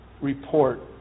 report